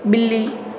बि॒ली